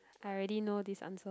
I already know this answer